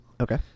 okay